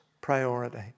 priority